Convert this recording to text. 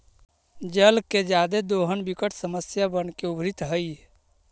जल के जादे दोहन विकट समस्या बनके उभरित हई